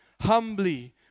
humbly